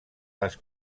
les